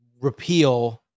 repeal